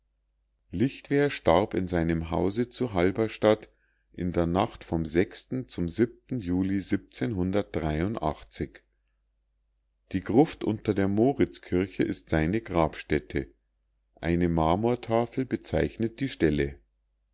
lichtwer starb in seinem hause zu halberstadt in der nacht vom zum juli die gruft unter der moritzkirche ist seine grabstätte eine marmortafel bezeichnet die stelle